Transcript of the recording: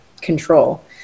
control